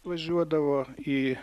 važiuodavo į